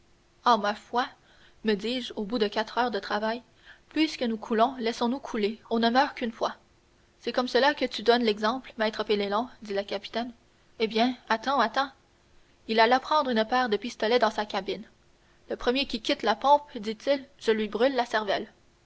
ah ma foi que je dis au bout de quatre heures de travail puisque nous coulons laissons-nous couler on ne meurt qu'une fois c'est comme cela que tu donnes l'exemple maître penelon dit le capitaine eh bien attends attends il alla prendre une paire de pistolets dans sa cabine le premier qui quitte la pompe dit-il je lui brûle la cervelle